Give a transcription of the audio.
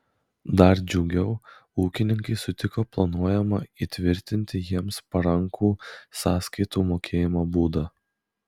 dar džiugiau ūkininkai sutiko planuojamą įtvirtinti jiems parankų sąskaitų mokėjimo būdą